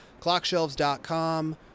Clockshelves.com